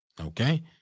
Okay